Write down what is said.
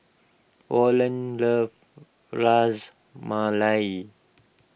Orland loves Ras Malai